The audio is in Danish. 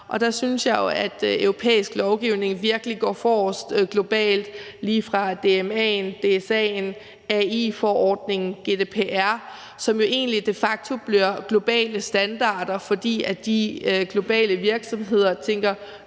er? Der synes jeg jo, at europæisk lovgivning virkelig går forrest globalt lige fra DMA'en, DSA'en, AI-forordningen til GDPR, som jo egentlig de facto bliver globale standarder, fordi de globale virksomheder tænker: